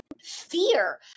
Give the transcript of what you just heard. fear